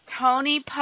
Tony